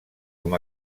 com